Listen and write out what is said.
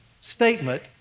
statement